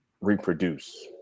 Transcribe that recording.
reproduce